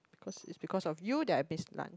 because it's because of you that I miss lunch